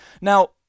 Now